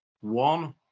One